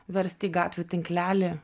verst į gatvių tinklelį